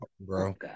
bro